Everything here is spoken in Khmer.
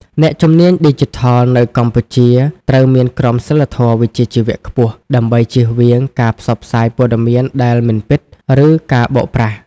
អ្នកជំនាញឌីជីថលនៅកម្ពុជាត្រូវមានក្រមសីលធម៌វិជ្ជាជីវៈខ្ពស់ ដើម្បីចៀសវាងការផ្សព្វផ្សាយព័ត៌មានដែលមិនពិត ឬការបោកប្រាស់។